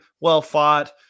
well-fought